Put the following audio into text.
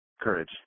Courage